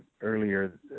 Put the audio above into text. earlier